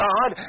God